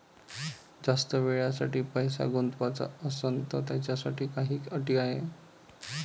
जास्त वेळेसाठी पैसा गुंतवाचा असनं त त्याच्यासाठी काही अटी हाय?